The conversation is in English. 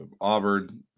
Auburn